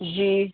جی